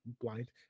blind